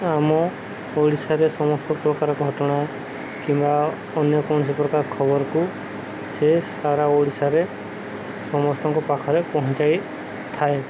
ଆମ ଓଡ଼ିଶାରେ ସମସ୍ତ ପ୍ରକାର ଘଟଣା କିମ୍ବା ଅନ୍ୟ କୌଣସି ପ୍ରକାର ଖବରକୁ ସେ ସାରା ଓଡ଼ିଶାରେ ସମସ୍ତଙ୍କ ପାଖରେ ପହଞ୍ଚାଇଥାଏ